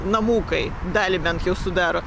namukai dalį bent jau sudaro